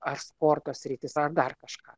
ar sporto sritis ar dar kažką